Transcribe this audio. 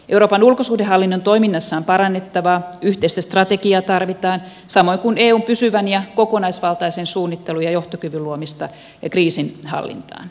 euroopan ulkosuhdehallinnon toiminnassa on parannettavaa yhteistä strategiaa tarvitaan samoin kuin eun pysyvän ja kokonaisvaltaisen suunnittelu ja johtokyvyn luomista ja kriisinhallintaa